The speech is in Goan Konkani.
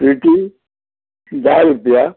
प्लेटी धा रुपया